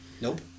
Nope